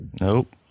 Nope